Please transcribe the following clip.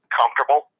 comfortable